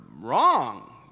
wrong